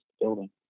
building